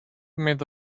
made